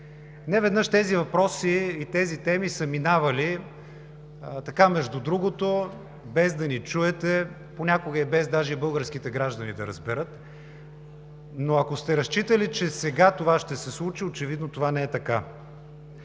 Неведнъж тези въпроси и тези теми са минавали между другото, без да ни чуете, понякога без даже и българските граждани да разберат. Ако сте разчитали, че сега това ще се случи, очевидно това не е така.